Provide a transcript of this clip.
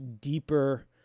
deeper